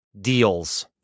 deals